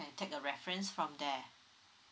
can take a reference from there